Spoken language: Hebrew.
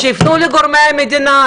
שיפנו לגורמי המדינה,